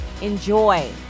Enjoy